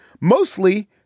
mostly